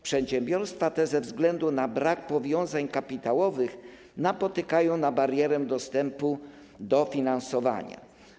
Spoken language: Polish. Przedsiębiorstwa te ze względu na brak powiązań kapitałowych napotykają na barierę dostępu do finansowania.